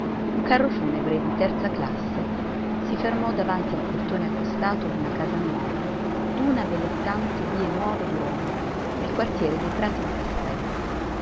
un carro funebre di terza classe si fermò davanti al portone accostato d'una casa nuova d'una delle tante vie nuove di roma nel quartiere dei prati di castello